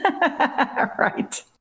Right